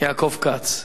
יעקב כץ.